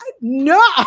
No